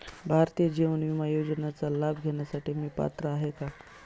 भारतीय जीवन विमा योजनेचा लाभ घेण्यासाठी मी पात्र आहे का?